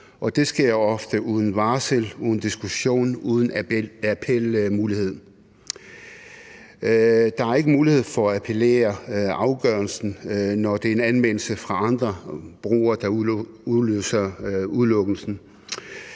det sker ofte uden varsel, uden diskussion, uden appelmulighed. Der er ikke mulighed for at appellere afgørelsen, når det er en anmeldelse fra andre brugere, der udløser udelukkelsen.